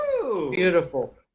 Beautiful